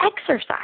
exercise